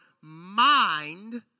mind